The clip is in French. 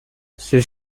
ces